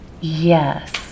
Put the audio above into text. Yes